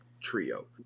trio